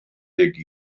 ddeg